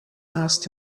asked